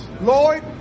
Lord